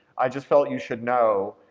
i just felt you should know.